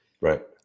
Right